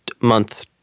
month